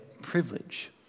privilege